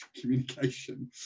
communication